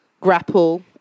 grapple